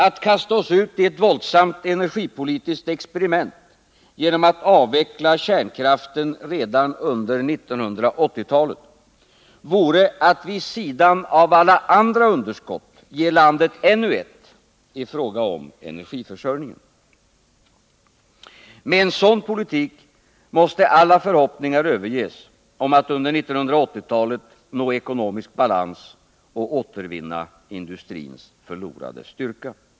Att kasta oss ut i ett våldsamt energipolitiskt experiment genom att avveckla kärnkraften redan under 1980-talet vore att vid sidan av alla andra underskott ge landet ännu ett, i fråga om energiförsörjningen. Med en sådan politik måste alla förhoppningar överges om att under 1980-talet nå ekonomisk balans och återvinna industrins förlorade styrka.